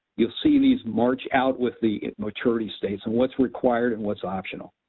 you'll see these march out with the maturity states and what's required and what's optional.